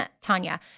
Tanya